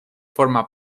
forma